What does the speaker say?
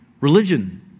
Religion